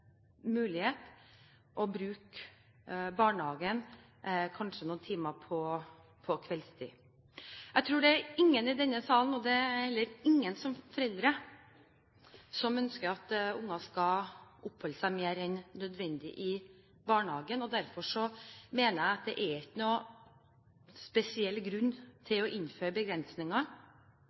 å bruke barnehagen noen timer på kveldstid. Jeg tror ikke det er noen i denne salen, og heller ikke noen foreldre, som ønsker at barn skal oppholde seg mer enn nødvendig i barnehagen. Derfor mener jeg at det ikke er noen spesiell grunn til å innføre